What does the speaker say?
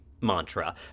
mantra